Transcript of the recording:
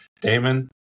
Damon